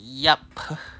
yap